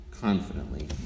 confidently